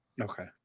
Okay